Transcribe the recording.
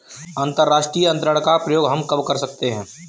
अंतर्राष्ट्रीय अंतरण का प्रयोग हम कब कर सकते हैं?